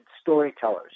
storytellers